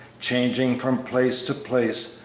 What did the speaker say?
changing from place to place,